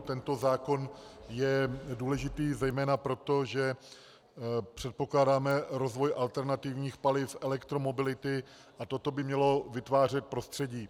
Tento zákon je důležitý zejména proto, že předpokládáme rozvoj alternativních paliv, elektromobility a toto by mělo vytvářet prostředí.